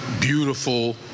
beautiful